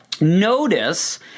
notice